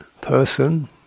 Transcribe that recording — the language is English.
person